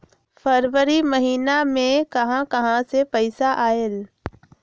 फरवरी महिना मे कहा कहा से पैसा आएल?